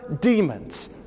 demons